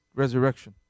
resurrection